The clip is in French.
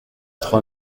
trois